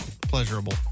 pleasurable